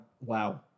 wow